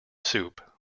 soup